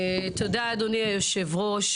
תודה אדוני היו"ר.